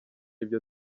ibyo